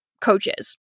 coaches